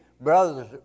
brothers